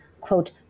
quote